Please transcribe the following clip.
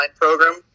program